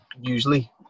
usually